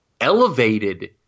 elevated